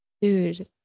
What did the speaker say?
Dude